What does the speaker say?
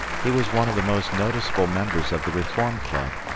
he was one of the most noticeable members of the reform club,